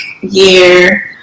year